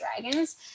dragons